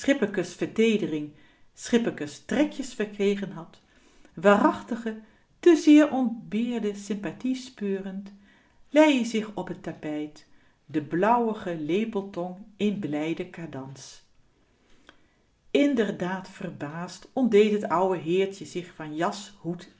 schipper trekjes verkregen had waarachtige te kesvrtding chpke's zeer ontbeerde sympathie speurend lei ie zich op het tapijt de blauwige lepeltong in blijden cadans inderdaad verbaasd ontdeed t ouwe heertje zich van jas